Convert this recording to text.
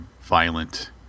violent